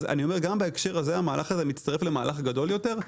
אז גם בהקשר הזה המהלך הזה מצטרף למהלך גדול יותר,